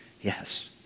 Yes